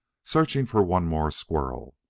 searching for one more squirrel,